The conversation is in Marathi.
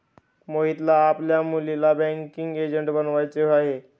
मोहितला आपल्या मुलीला बँकिंग एजंट बनवायचे आहे